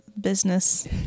business